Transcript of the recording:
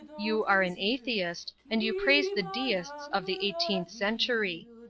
you are an atheist, and you praise the deists of the eighteenth century.